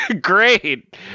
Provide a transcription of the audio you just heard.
Great